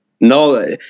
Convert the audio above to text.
No